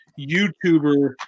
YouTuber